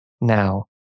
now